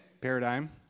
paradigm